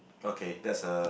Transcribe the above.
okay that's a